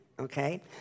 okay